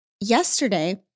yesterday